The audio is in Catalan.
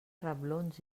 reblons